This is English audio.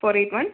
four eight one